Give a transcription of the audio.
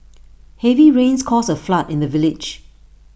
heavy rains caused A flood in the village